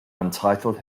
untitled